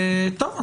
טוב,